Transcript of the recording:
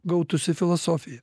gautųsi filosofija